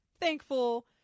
thankful